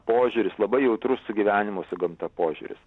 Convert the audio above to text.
požiūris labai jautrus sugyvenimo su gamta požiūris